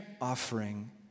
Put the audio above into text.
offering